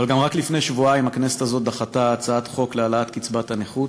אבל גם רק לפני שבועיים הכנסת הזאת דחתה הצעת חוק להעלאת קצבת הנכות,